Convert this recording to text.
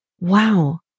wow